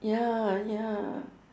ya ya